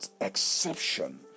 exception